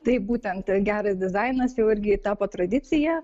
taip būtent geras dizainas jau irgi tapo tradicija